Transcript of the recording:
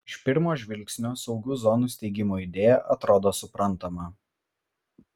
iš pirmo žvilgsnio saugių zonų steigimo idėja atrodo suprantama